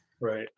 Right